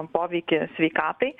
poveikį sveikatai